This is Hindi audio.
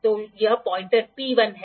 तो यह पॉइंटर P1 है